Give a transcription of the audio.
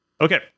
Okay